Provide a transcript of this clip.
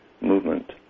movement